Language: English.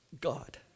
God